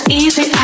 easy